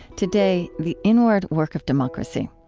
today, the inward work of democracy.